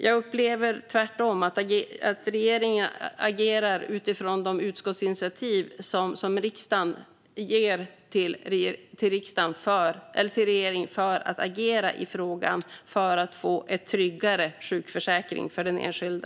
Jag upplever tvärtom att regeringen agerar utifrån de utskottsinitiativ som riksdagen ger till regeringen om att agera i frågan om att få en tryggare sjukförsäkring för den enskilde.